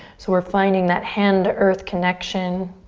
so we're finding that hand to earth connection.